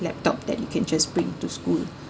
laptop that you can just bring to school